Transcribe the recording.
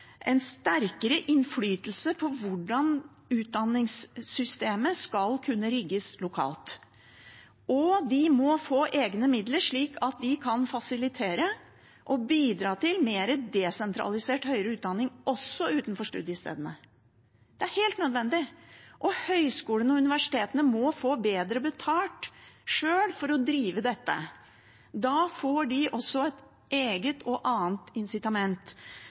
en sterkere innflytelse på hvordan utdanningssystemet skal kunne rigges lokalt, og de må få egne midler, slik at de kan fasilitere og bidra til mer desentralisert høyere utdanning også utenfor studiestedene. Det er helt nødvendig. Høyskolene og universitetene må sjøl få bedre betalt for å drive dette. Da får de også et eget og annet